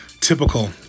typical